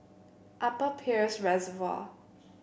Upper Peirce Reservoir